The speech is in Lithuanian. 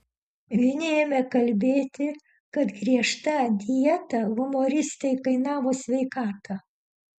vieni ėmė kalbėti kad griežta dieta humoristei kainavo sveikatą